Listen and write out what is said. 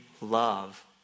love